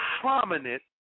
prominent